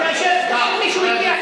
משנה למי הוא נאמן.